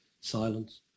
silence